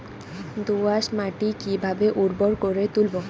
দোয়াস মাটি কিভাবে উর্বর করে তুলবো?